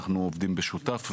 אנחנו עובדים במשותף.